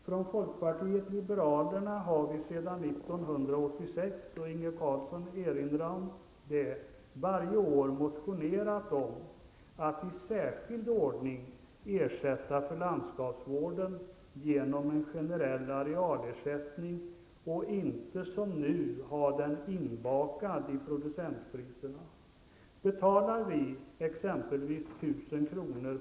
Från folkpartiet liberalerna har vi, som Inge Carlsson erinrade om, varje år sedan 1986 motionerat om att i särskild ordning ge ersättning för landskapsvården genom en generell arealersättning och inte som nu ha den ''inbakad'' i producentpriserna. Betalar vi exempelvis 1 000 kr.